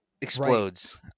explodes